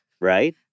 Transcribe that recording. Right